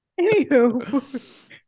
Anywho